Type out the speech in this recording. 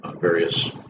various